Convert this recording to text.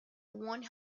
one